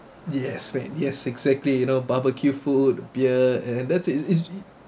yes man yes exactly you know barbeque food beer and that's it it's really